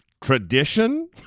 tradition